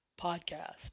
podcast